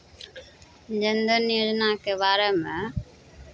जनधन योजनाके बारेमे